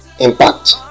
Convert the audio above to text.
impact